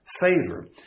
favor